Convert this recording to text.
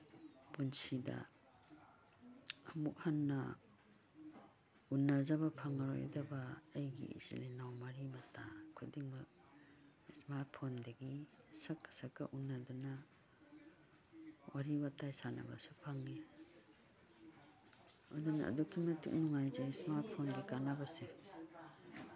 ꯄꯨꯟꯁꯤꯗ ꯑꯃꯨꯛ ꯍꯟꯅ ꯎꯅꯖꯕ ꯐꯪꯉꯔꯣꯏꯗꯕ ꯑꯩꯒꯤ ꯏꯆꯤꯜ ꯏꯅꯥꯎ ꯃꯔꯤ ꯃꯇꯥ ꯈꯨꯗꯤꯡꯃꯛ ꯏꯁꯃꯥꯔꯠ ꯐꯣꯟꯗꯒꯤ ꯁꯛꯀ ꯁꯛꯀ ꯎꯅꯗꯅ ꯋꯥꯔꯤ ꯋꯇꯥꯏ ꯁꯥꯟꯅꯕꯁꯨ ꯐꯪꯉꯤ ꯑꯗꯨꯅ ꯑꯗꯨꯛꯀꯤ ꯃꯇꯤꯛ ꯅꯨꯡꯉꯥꯏꯖꯩ ꯏꯁꯃꯥꯔꯠ ꯐꯣꯟꯒꯤ ꯀꯥꯟꯅꯕꯁꯦ